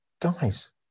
guys